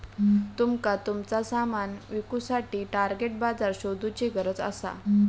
तुमका तुमचा सामान विकुसाठी टार्गेट बाजार शोधुची गरज असा